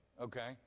okay